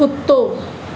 कुतो